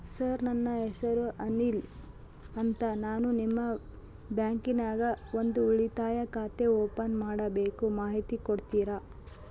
Sir ನನ್ನ ಹೆಸರು ಅನಿಲ್ ಅಂತ ನಾನು ನಿಮ್ಮ ಬ್ಯಾಂಕಿನ್ಯಾಗ ಒಂದು ಉಳಿತಾಯ ಖಾತೆ ಓಪನ್ ಮಾಡಬೇಕು ಮಾಹಿತಿ ಕೊಡ್ತೇರಾ?